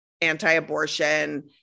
anti-abortion